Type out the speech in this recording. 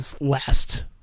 last